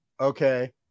Okay